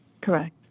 Correct